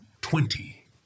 twenty